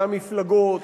מהמפלגות.